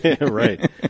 right